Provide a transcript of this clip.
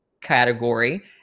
category